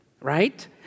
right